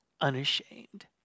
unashamed